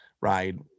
ride